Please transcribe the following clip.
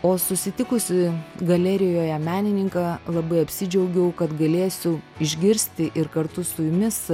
o susitikusi galerijoje menininką labai apsidžiaugiau kad galėsiu išgirsti ir kartu su jumis